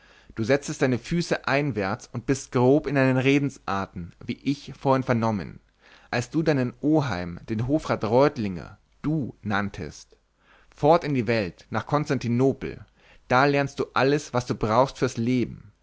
du setzest deine füße einwärts und bist grob in deinen redensarten wie ich vorhin vernommen als du deinen oheim den hofrat reutlinger du nanntest fort in die welt nach konstantinopel da lernst du alles was du brauchst fürs leben